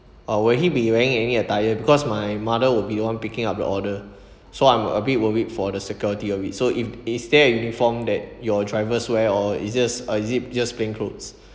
or will he be wearing any attire because my mother would be one picking up your order so I'm a bit worried for the security of it so if is there a uniform that your driver's wear or it's just or is it just plain clothes